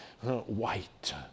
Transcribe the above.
white